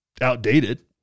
outdated